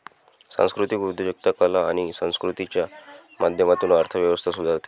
सांस्कृतिक उद्योजकता कला आणि संस्कृतीच्या माध्यमातून अर्थ व्यवस्था सुधारते